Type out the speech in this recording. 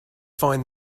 find